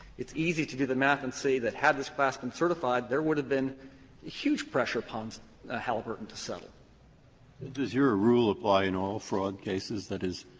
it's easy to do the math and say that had this class been certified, there would have been huge pressure upon so ah halliburton to settle. breyer does your ah rule apply in all fraud cases? that is,